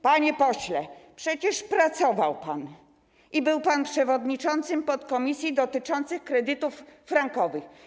Panie pośle, przecież pracował pan, był pan przewodniczącym podkomisji do spraw kredytów frankowych.